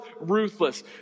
ruthless